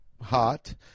hot